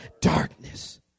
darkness